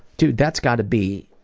dude, that's got to be.